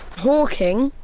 hawking,